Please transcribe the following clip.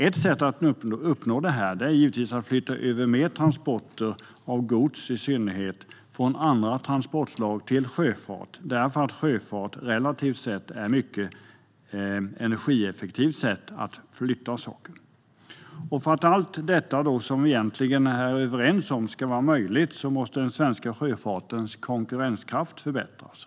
Ett sätt att uppnå detta är givetvis att flytta över transporter av i synnerhet gods från andra transportslag till sjöfart eftersom sjöfart relativt sett är ett mycket energieffektivt sätt att flytta saker. För att allt detta, som vi egentligen är överens om, ska bli möjligt måste den svenska sjöfartens konkurrenskraft förbättras.